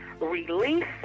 release